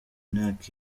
myaka